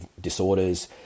disorders